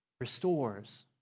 restores